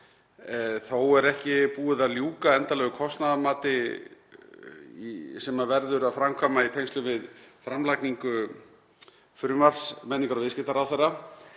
Þó er ekki búið að ljúka endanlegu kostnaðarmati sem verður að framkvæma í tengslum við framlagningu frumvarps menningar- og viðskiptaráðherra.